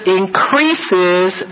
increases